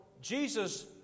Jesus